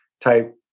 type